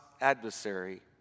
adversary